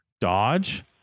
Dodge